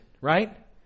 right